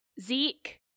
Zeke